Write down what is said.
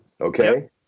okay